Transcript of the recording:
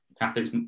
catholics